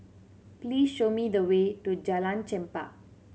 please show me the way to Jalan Chempah